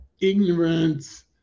ignorance